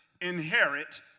inherit